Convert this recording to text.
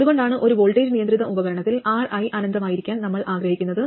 അതുകൊണ്ടാണ് ഒരു വോൾട്ടേജ് നിയന്ത്രിത ഉപകരണത്തിൽ Ri അനന്തമായിരിക്കാൻ നമ്മൾ ആഗ്രഹിക്കുന്നത്